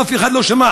אף אחד לא שמע,